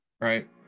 right